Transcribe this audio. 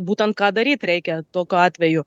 būtent ką daryt reikia tokiu atveju